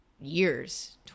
years